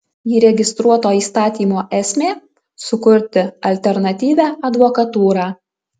įregistruoto įstatymo esmė sukurti alternatyvią advokatūrą